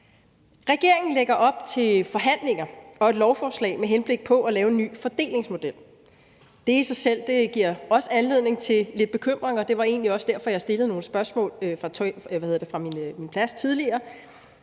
Regeringen lægger op til forhandlinger og et lovforslag med henblik på at lave en ny fordelingsmodel. Det i sig selv giver også anledning til lidt bekymring, og det var egentlig også derfor, jeg stillede nogle spørgsmål fra min plads tidligere,